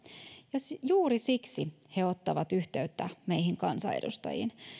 ja juuri siksi he ottavat yhteyttä meihin kansanedustajiin